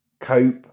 cope